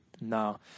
No